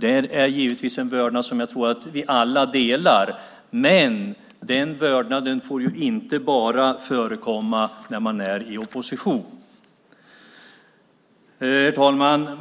Det är givetvis en vördnad som jag tror att vi alla delar, men den vördnaden får inte förekomma bara när man är i opposition. Herr talman!